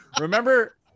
Remember